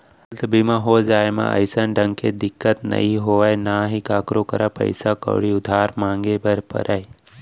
health बीमा हो जाए म अइसन ढंग के दिक्कत नइ होय ना ही कोकरो करा पइसा कउड़ी उधार मांगे बर परय